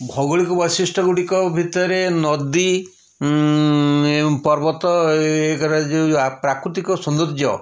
ଭୌଗୋଳିକ ବଶିଷ୍ଟ ଗୁଡ଼ିକ ଭିତରେ ନଦୀ ପର୍ବତ ଏଇ ଯେଉଁ ପ୍ରାକୃତିକ ସୌନ୍ଦର୍ଯ୍ୟ